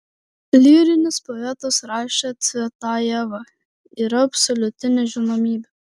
lyrinis poetas rašė cvetajeva yra absoliuti nežinomybė